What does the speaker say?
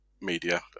media